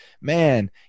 man